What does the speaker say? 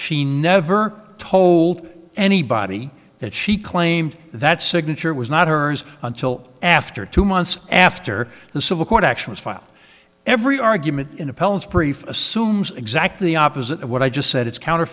she never told anybody that she claimed that signature was not hers until after two months after the civil court action was filed every argument in appeals brief assumes exactly the opposite of what i just said it's counter